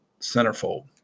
Centerfold